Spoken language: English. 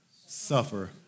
Suffer